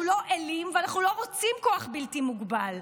אנחנו לא אלים ואנחנו לא רוצים כוח בלתי מוגבל.